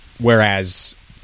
Whereas